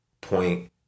point